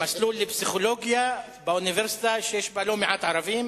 המסלול לפסיכולוגיה באוניברסיטה שיש בה לא מעט ערבים,